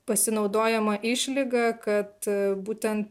pasinaudojama išlyga kad būtent